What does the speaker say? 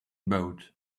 boat